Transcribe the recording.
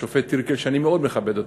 השופט טירקל, שאני מאוד מכבד אותו,